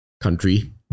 country